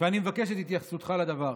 ואני מבקש את התייחסותך לדבר.